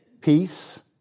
peace